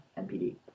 NPD